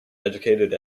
educated